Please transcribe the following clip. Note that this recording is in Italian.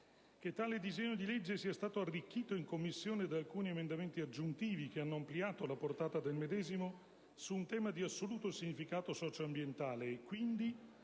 circostanze specifiche, sia stato arricchito in Commissione da alcuni emendamenti aggiuntivi, che hanno ampliato la portata del medesimo su un tema di assoluto significato socio-ambientale. Mi